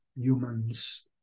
humans